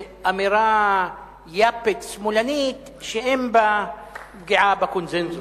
אמירה יאפית שמאלנית שאין בה פגיעה בקונסנזוס.